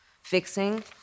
fixing